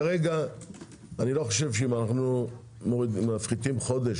כרגע אני לא חושב שאם אנחנו מפחיתים חודש